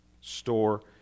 store